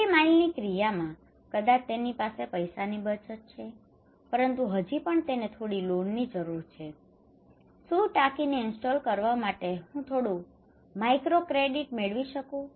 છેલ્લી માઇલની ક્રિયામાં કદાચ તેની પાસે પૈસાની બચત છે પરંતુ હજી પણ તેને થોડી લોનની જરૂર છે શું ટાંકીને ઇન્સ્ટોલ કરવા માટે હું થોડું માઇક્રોક્રેડિટ મેળવી શકું